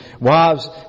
wives